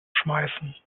schmeißen